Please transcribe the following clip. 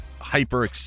hyper